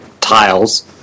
tiles